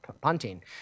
punting